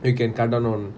you can cut down on